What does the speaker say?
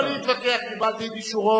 אני חושב שזה שייך למשרד שלו.